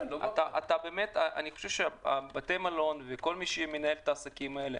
אני חושב שבתי המלון וכל מי שמנהל את העסקים האלה,